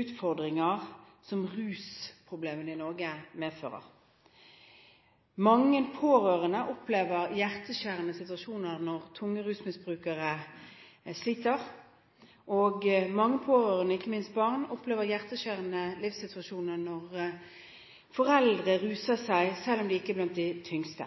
utfordringer som rusproblemene i Norge medfører. Mange pårørende opplever hjerteskjærende situasjoner når tunge rusmisbrukere sliter, og ikke minst barn opplever hjerteskjærende livssituasjoner når foreldre ruser seg, selv om de ikke er blant de tyngste